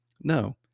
No